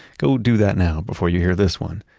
go do that now before you hear this one.